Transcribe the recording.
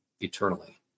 eternally